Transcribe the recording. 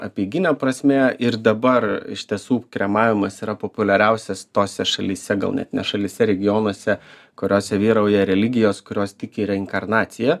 apeiginė prasme ir dabar iš tiesų kremavimas yra populiariausias tose šalyse gal net ne šalyse regionuose kuriose vyrauja religijos kurios tiki reinkarnacija